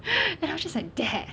then I'm just like dad